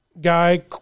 guy